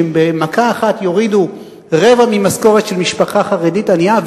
שהם במכה אחת יורידו רבע ממשכורת של משפחה חרדית ענייה,